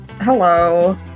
Hello